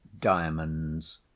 diamonds